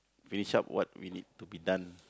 finish up what we need to be done